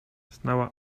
znała